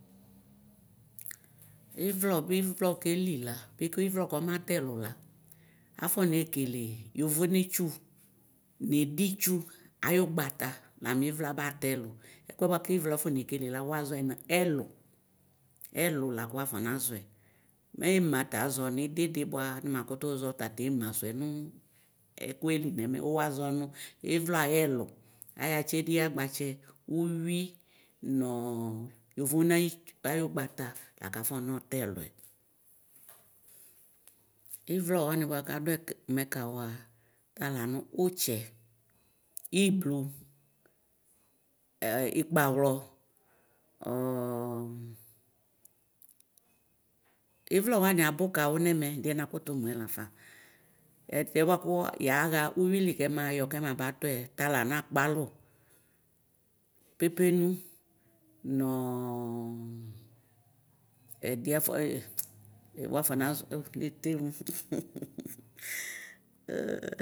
Iwlɔ dʋ ɩvlɔ kelila bɩ kʋ ɩvlɔ kɔmatɛ ɛlʋla afɔnekele yʋnetsʋ nedɩtsʋ ayʋ agbata lamɛ ɩvlɔ abatɛlʋ ɛkʋɛ bʋakʋ ɩvlɔ akɔnakelela wazɔ nʋ ɛlʋ ɛlʋ lakʋ wafɔ nazɔɛ mɛ ɩmatazɔ nididɩ bʋa nimakʋtʋ zɔ tatʋ ɩma sʋɛnʋ ɛkʋɛli nɛmɛ wazɔ nʋ ɩwlɔ ayɛlʋ ayatsɩ ɛdɩya gbate ʋvui nɔ yovone ayɩtsʋ ayʋgbata la afɔnɔtɛ ɛlʋɛ ɩvlɔwanɩ bʋakʋ adʋ ɛmɛ kawʋa talanʋ ʋtsɛ ɩpiʋ ɩkpawlɔ ɩvlɔ wanɩ abʋ kawʋ nɛmɛ ɛdiɛ nakʋtʋ mʋɛ lafa ɛdɩɛ bʋakʋ yaxa ɩwɩli kemaba tʋɛ talanʋ akpalʋ pepenʋ nɔ ɛdiɛ afɔ wafɔ nazɔɛ netenʋ.